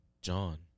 John